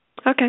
Okay